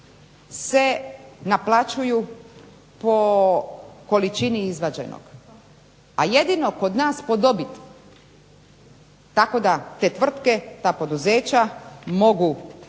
se naplaćuju po količini izvađenog, a jedino kod nas po dobiti. Tako da te tvrtke, ta poduzeća mogu